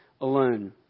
alone